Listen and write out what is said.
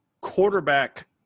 quarterback